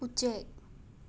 ꯎꯆꯦꯛ